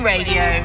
Radio